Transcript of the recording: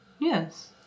Yes